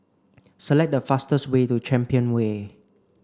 select the fastest way to Champion Way